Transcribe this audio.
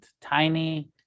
tiny